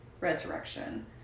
resurrection